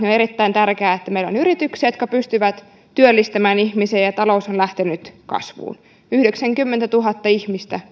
eli on erittäin tärkeää että meillä on yrityksiä jotka pystyvät työllistämään ihmisiä ja talous on lähtenyt kasvuun yhdeksänkymmentätuhatta ihmistä